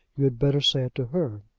you had better say it to her.